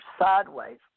sideways